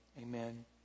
Amen